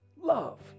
Love